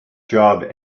job